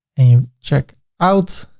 and you check out,